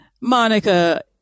Monica